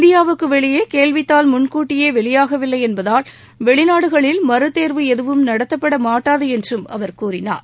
இந்தியாவுக்கு வெளியே கேள்வித்தாள் முன்கூட்டியே வெளியாகவில்லை என்பதால் வெளிநாடுகளில் மறுதேர்வு எதுவும் நடத்தப்படமாட்டாது என்றார் அவர் கூறினார்